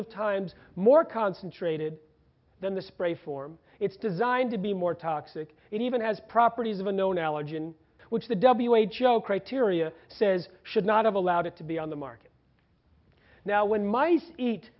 of times more concentrated than the spray form it's designed to be more toxic it even has properties of unknown allergen which the w h o criteria says should not have allowed it to be on the market now when mice eat